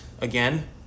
again